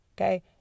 Okay